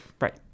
right